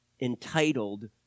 entitled